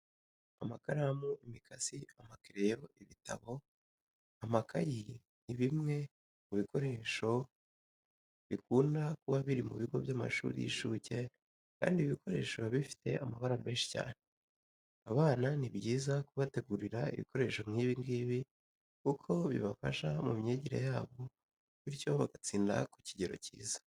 Amakaramu, imikasi, amakereyo, ibitabo, amakayi ni bimwe mu bikoresho kibunda kuba biri mu bigo by'amashuri y'inshuke kandi ibi bikoresho biba bifite amabara menshi cyane. Abana ni byiza kubategurira ibikoresho nk'ibi ngibi kuko bibafasha mu myigire yabo bityo bagatsinda ku kigero kiza.